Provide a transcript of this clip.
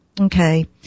Okay